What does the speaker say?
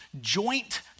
joint